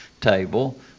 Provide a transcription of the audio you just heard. table